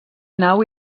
nau